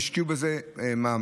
והשקיעו בזה מאמץ.